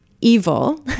Evil